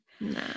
Nah